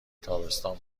تابستان